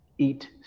eat